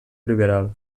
liberal